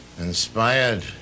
inspired